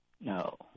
No